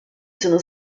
sono